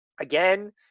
again